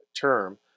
term